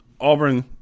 Auburn